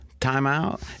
timeout